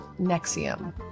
nexium